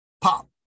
pop